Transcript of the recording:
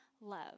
love